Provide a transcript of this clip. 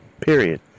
period